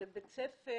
זה בית ספר